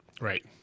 right